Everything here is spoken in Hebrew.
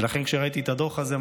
ולכן כשראיתי את הדוח הזה,